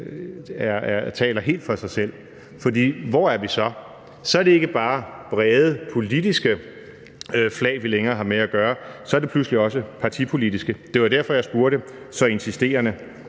taler helt for sig selv, for hvor er vi så? Så er det ikke længere bare brede politiske flag, vi har med at gøre, så er det pludselig også partipolitiske. Det var derfor, jeg spurgte så insisterende,